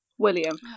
william